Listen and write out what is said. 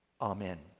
amen